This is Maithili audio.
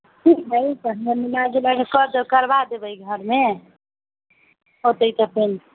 ठीक हइ तऽ हमरा मिलाजुलाके कर दू करबा देबे घरमे आओर